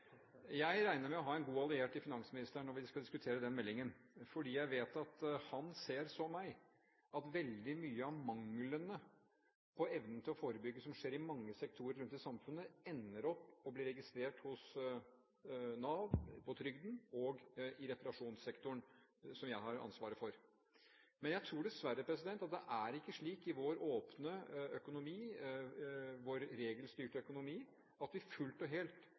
Jeg regner med å ha en god alliert i finansministeren når vi skal diskutere den meldingen, fordi jeg vet at han, som meg, ser at veldig mye av manglene når det gjelder evnen til å forebygge, som skjer i mange sektorer i samfunnet, ender opp og blir registrert hos Nav når det gjelder trygd, og i reparasjonssektoren, som jeg har ansvaret for. Men jeg tror dessverre at det er ikke slik i vår åpne økonomi, vår regelstyrte økonomi, at vi fullt og helt